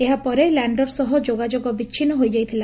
ଏହାପରେ ଲ୍ୟାଣ୍ଡର ସହ ଯୋଗାଯୋଗ ବିଛିନ୍ନ ହୋଇଯାଇଥିଲା